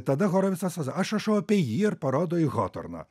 tada horovicas aš rašau apie jį ir parodo į hotorną